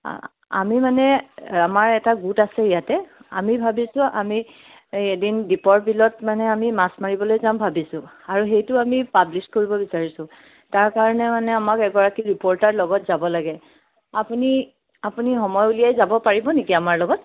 আমি মানে আমাৰ এটা গোট আছে ইয়াতে আমি ভাবিছোঁ আমি এই এদিন দীপৰ বিলত মানে আমি মাছ মাৰিবলৈ যাম ভাবিছোঁ আৰু সেইটো আমি পাৱ্লিছ কৰিব বিচাৰিছোঁ তাৰ কাৰণে মানে আমাক এগৰাকী ৰিপৰ্টাৰ লগত যাব লাগে আপুনি আপুনি সময় উলিয়াই যাব পাৰিব নেকি আমাৰ লগত